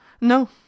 No